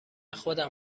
خودم